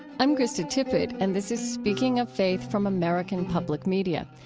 i'm krista tippett, and this is speaking of faith from american public media.